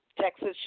Texas